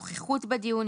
נוכחות בדיון,